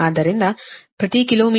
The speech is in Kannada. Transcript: ಆದ್ದರಿಂದ ಮತ್ತು ಇದು ಪ್ರತಿ ಕಿಲೋ ಮೀಟರ್ಗೆ 5